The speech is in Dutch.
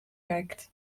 kijkt